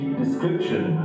description